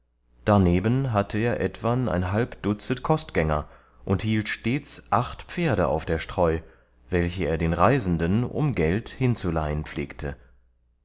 darneben hatte er etwan ein halb dutzet kostgänger und hielt stets acht pferde auf der streu welche er den reisenden um geld hinzuleihen pflegte